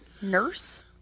Nurse